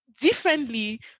differently